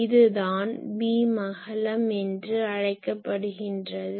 இது தான் பீம் அகலம் என்று அழைக்கப்படுகின்றது